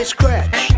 Scratch